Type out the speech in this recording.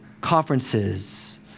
conferences